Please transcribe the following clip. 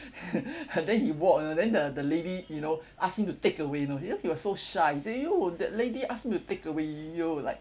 then he walk you know then the the lady you know ask him to take away you know you know he was so shy he say !aiyo! that lady ask me to take away !aiyo! like